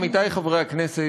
עמיתי חברי הכנסת,